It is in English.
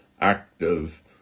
active